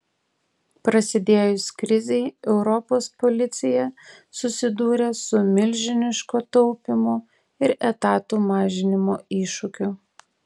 prasidėjus krizei europos policija susidūrė su milžiniško taupymo ir etatų mažinimo iššūkiu